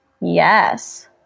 Yes